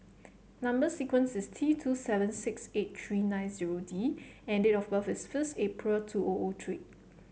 number sequence is T two seven six eight three nine zero D and date of birth is first April two O O three